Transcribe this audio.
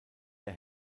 der